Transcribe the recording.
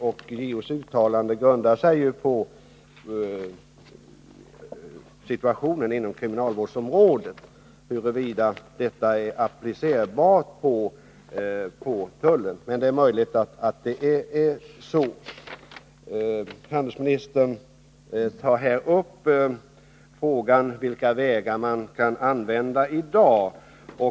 Men JO:s uttalande gäller ju kriminalvårdsområdet! Jag är tveksam till om det är applicerbart på tullen. Men det är möjligt att det är. Handelsministern tar i svaret upp frågan, vilka vägar man i dag kan gå.